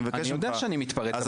אני מבקש ממך --- אני יודע שאני מתפרץ.